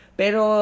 pero